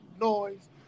noise